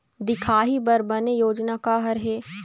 दिखाही बर बने योजना का हर हे?